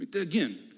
Again